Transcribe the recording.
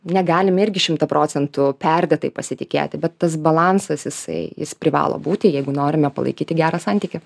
negalime irgi šimtą procentų perdėtai pasitikėti bet tas balansas jisai jis privalo būti jeigu norime palaikyti gerą santykį